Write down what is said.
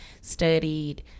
studied